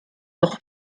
doch